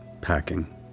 packing